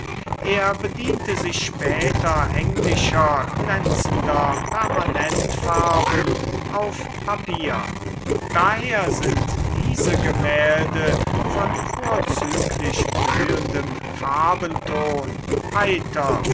er bediente sich später englischer glänzender permanentfarben auf papier daher sind diese gemälde von vorzüglich blühendem farbenton heiter